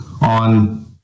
on